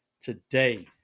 today